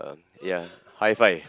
um ya high five